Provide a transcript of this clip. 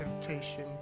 temptation